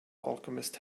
alchemist